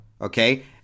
Okay